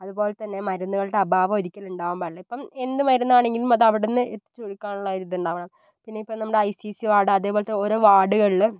അതുപോലെ തന്നെ മരുന്നുകളുടെ അഭാവം ഒരിക്കലും ഉണ്ടാകാൻ പാടില്ല ഇപ്പം എന്ത് മരുന്നാണെങ്കിലും അതവിടെ നിന്ന് എത്തിച്ചു കൊടുക്കാനുള്ള ഒരിതുണ്ടാകണം പിന്നെ ഇപ്പം നമ്മുടെ ഐ സി സി വാർഡ് അതേപോലത്തെ ഓരോ വാർഡുകളിൽ